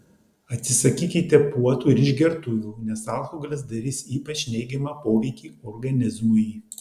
atsisakykite puotų ir išgertuvių nes alkoholis darys ypač neigiamą poveikį organizmui